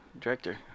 Director